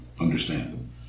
understand